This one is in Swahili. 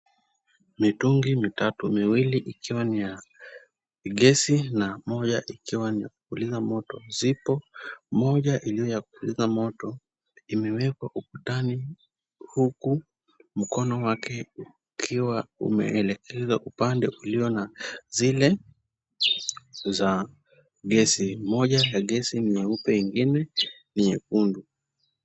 Mitungi mitatu miwili ikiwa ni ya gesi na moja ikiwa ni ya kupuliza moto. Zipo moja iliyo ya kupuliza moto, imewekwa ukutani huku, mkono wake ukiwa umeelekezwa upande ulio na zile. Za gesi. Moja ya gesi nyeupe ingine ni nyekundu.